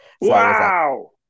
Wow